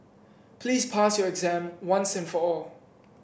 please pass your exam once and for all